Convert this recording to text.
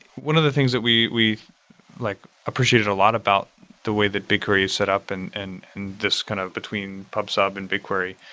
one of the things that we we like appreciated a lot about the way that bigquery is set up and and this kind of between pub sub and bigquery.